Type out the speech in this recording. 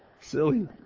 Silly